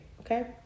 okay